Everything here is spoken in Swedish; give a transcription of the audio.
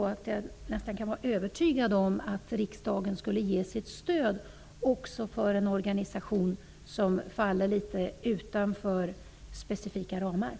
Jag är nästan övertygad om att riksdagen skulle ge sitt stöd även till en organisation som faller litet utanför de specifika ramarna.